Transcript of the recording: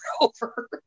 over